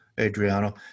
Adriano